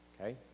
okay